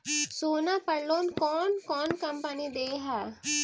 सोना पर लोन कौन कौन कंपनी दे है?